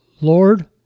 Lord